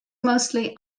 mostly